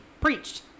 preached